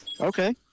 Okay